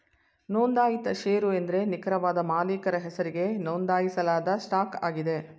ನೊಂದಾಯಿತ ಶೇರು ಎಂದ್ರೆ ನಿಖರವಾದ ಮಾಲೀಕರ ಹೆಸರಿಗೆ ನೊಂದಾಯಿಸಲಾದ ಸ್ಟಾಕ್ ಆಗಿದೆ